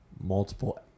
multiple